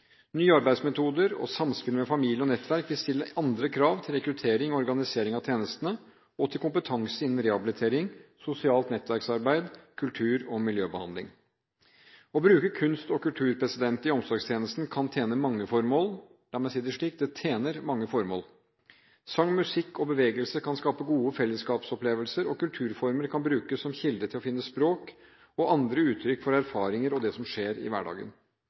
nye områder. Nye arbeidsmetoder og samspill med familie og nettverk vil stille andre krav til rekruttering og organisering av tjenestene og til kompetanse innen rehabilitering, sosialt nettverksarbeid, kultur og miljøbehandling. Å bruke kunst og kultur i omsorgstjenesten kan tjene mange formål – la meg si det slik: Det tjener mange formål. Sang, musikk og bevegelse kan skape gode fellesskapsopplevelser, og kulturformer kan brukes som kilde til å finne språk og andre uttrykk for erfaringer og det som skjer i hverdagen.